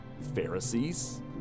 Pharisees